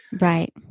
Right